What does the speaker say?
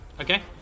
Okay